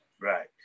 Right